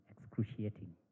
excruciating